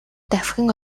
давхин